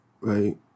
right